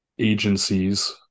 Agencies